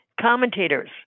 commentators